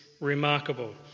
remarkable